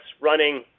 running